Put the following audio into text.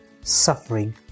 suffering